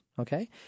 okay